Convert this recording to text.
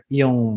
yung